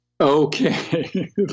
Okay